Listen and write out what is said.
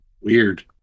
Weird